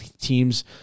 teams